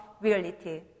reality